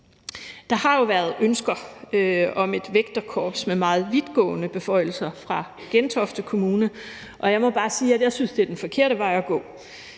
Der har jo været ønsker om et vægterkorps med meget vidtgående beføjelser fra Gentofte Kommune, og jeg må bare sige, at jeg synes, det er den forkerte vej at gå.